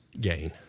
Gain